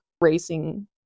racing